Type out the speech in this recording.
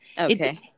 okay